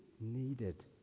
needed